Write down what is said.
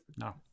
no